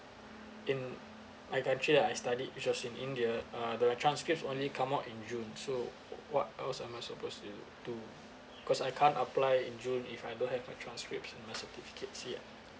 in my country lah I studied which was in india uh the like transcripts only come out in june so what else am I supposed to do cause I can't apply in june if I don't have my transcripts and my certificates yet